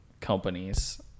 companies